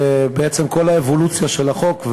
בעצם כל האבולוציה של החוק,